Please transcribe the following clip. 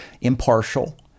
impartial